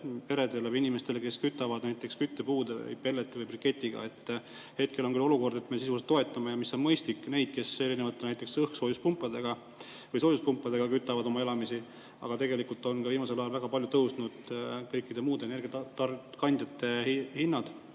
peredele või inimestele, kes kütavad näiteks küttepuude või pelleti või briketiga? Hetkel on küll olukord, et me sisuliselt toetame – ja mis on mõistlik – neid, kes näiteks erinevate soojuspumpadega kütavad oma elamist. Aga tegelikult on viimasel ajal väga palju tõusnud ka kõikide muude energiakandjate hinnad